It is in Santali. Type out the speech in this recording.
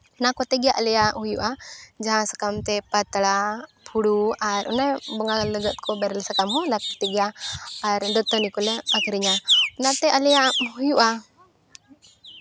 ᱱᱚᱣᱟ ᱠᱚ ᱛᱮᱜᱮ ᱟᱞᱮᱭᱟᱜ ᱦᱚᱭᱳᱜᱼᱟ ᱡᱟᱦᱟᱸ ᱥᱟᱠᱟᱢᱛᱮ ᱯᱟᱛᱲᱟ ᱯᱷᱩᱲᱩᱜ ᱟᱨ ᱚᱱᱮ ᱵᱚᱸᱜᱟᱭ ᱞᱟᱹᱜᱤᱫ ᱠᱚ ᱵᱮᱨᱮᱞ ᱥᱟᱠᱟᱢ ᱦᱚᱸ ᱞᱟᱹᱠᱛᱤ ᱜᱮᱭᱟ ᱟᱨ ᱫᱟᱹᱛᱟᱹᱱᱤ ᱠᱚᱞᱮ ᱟᱹᱠᱷᱨᱤᱧᱟ ᱚᱱᱟᱛᱮ ᱟᱞᱮᱭᱟᱜ ᱦᱳᱭᱳᱜᱼᱟ